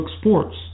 Sports